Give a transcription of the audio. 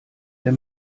der